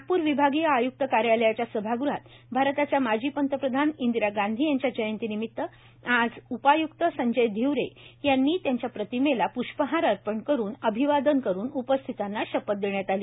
नागपूर विभागीय आयक्त कार्यालयाच्या सभागृहात भारताच्या माजी पंतप्रधान इंदिरा गांधी यांच्या जयंतीनिमित आज उपाय्क्त संजय धिवरे यांनी त्यांच्या प्रतिमेस प्रष्पहार अर्पण करुन अभिवादन करून उपस्थितांना शपथ देण्यात आली